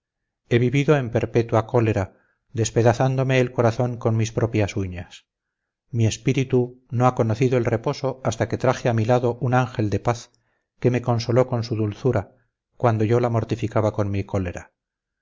he vivido en perpetua cólera despedazándome el corazón con mis propias uñas mi espíritu no ha conocido el reposo hasta que traje a mi lado un ángel de paz que me consoló con su dulzura cuando yo la mortificaba con mi cólera